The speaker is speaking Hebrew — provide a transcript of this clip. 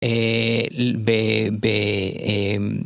אהההההההההההה ל... ב...ב....אמ...